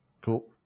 Cool